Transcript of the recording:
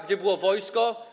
Gdzie było wojsko?